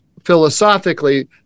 philosophically